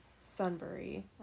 Sunbury